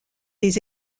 des